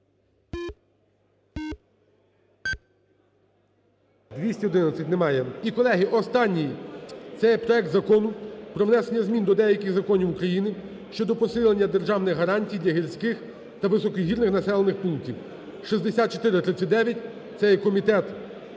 211. Немає. І, колеги, останній. Це є проект Закону про внесення змін до деяких законів України щодо посилення державних гарантій для гірських та високогірних населених пунктів (6439). Це є комітет